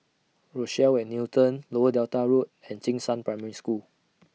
Rochelle At Newton Lower Delta Road and Jing Shan Primary School